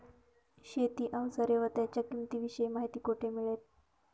शेती औजारे व त्यांच्या किंमतीविषयी माहिती कोठे मिळेल?